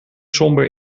somber